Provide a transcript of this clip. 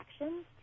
actions